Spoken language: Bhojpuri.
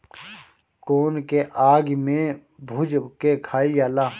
कोन के आगि में भुज के खाइल जाला